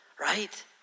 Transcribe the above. right